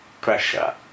pressure